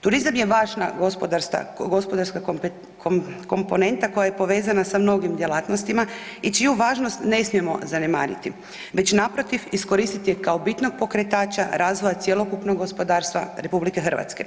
Turizam je važna gospodarska komponenata koja je povezana sa mnogim djelatnostima i čiju važnost ne smijemo zanemariti, već naprotiv iskoristiti je kao bitnog pokretača razvoja cjelokupnog gospodarstva RH.